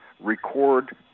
record